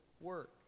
work